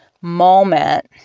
moment